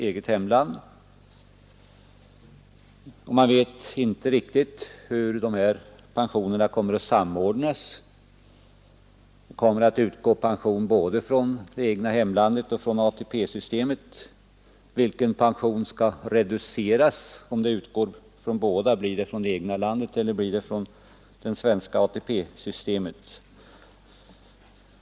Enligt vad som sagts har de flesta sjömän pension i sitt hemland, och om pension utgår både i hemlandet och från ATP-systemet, vilken pension skall då reduceras?